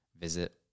visit